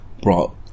brought